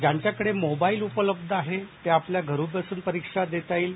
ज्यांच्याकडे मोबाईल उपलब्ध आहेत ते आपल्या घरी बसून परीक्षा देता येईल